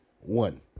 One